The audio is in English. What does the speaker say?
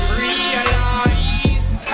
realize